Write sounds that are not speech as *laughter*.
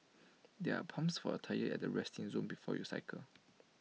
*noise* there are pumps for your tyres at the resting zone before you cycle